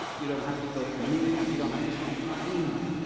you don't have to go to me, you don't have to speak to anyone,